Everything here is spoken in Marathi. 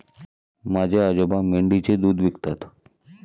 माझे आजोबा मेंढीचे दूध विकतात